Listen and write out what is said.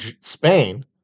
Spain